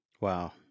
wow